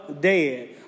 dead